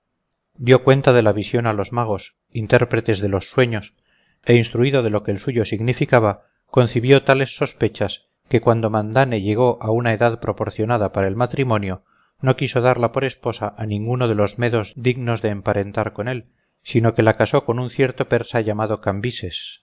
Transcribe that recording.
dio cuenta de la visión a los magos intérpretes de los sueños e instruido de lo que el suyo significaba concibió tales sospechas que cuando mandane llegó a una edad proporcionada para el matrimonio no quiso darla por esposa a ninguno de los medes dignos de emparentar con él sino que la casó con un cierto persa llamado cambises